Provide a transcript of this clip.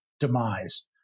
Demise